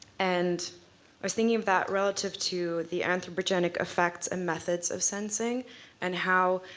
and i was thinking of that relative to the anthropogenic effects and methods of sensing and how,